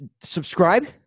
subscribe